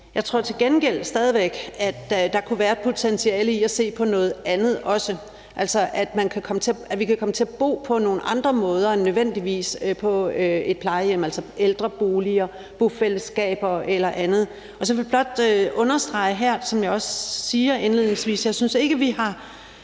Jeg tror til gengæld stadig væk, at der kunne være et potentiale i også at se på noget andet, altså at vi kan komme til at bo på nogle andre måder end nødvendigvis på et plejehjem, altså ældreboliger, bofællesskaber eller andet. Så vil jeg blot understrege her, som jeg også sagde indledningsvis, at jeg ikke synes, at vi har